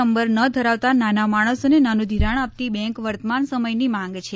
number ન ધરાવતા નાના માણસોને નાનું ઘિરાણ આપતી બેંક વર્તમાન સમયની માંગ છે